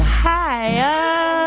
higher